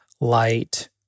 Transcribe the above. light